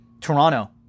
Toronto